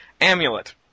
amulet